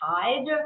tied